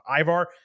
Ivar